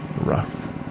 rough